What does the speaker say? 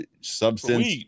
substance